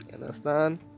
understand